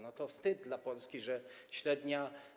No to wstyd dla Polski, że średni.